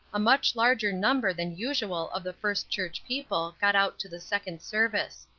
a much larger number than usual of the first church people got out to the second service.